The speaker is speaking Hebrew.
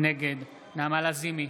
נגד נעמה לזימי,